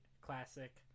classic